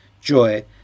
joy